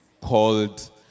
called